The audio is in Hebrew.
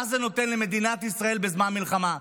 מה זה נותן למדינת ישראל בזמן מלחמה?